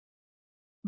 professor